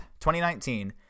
2019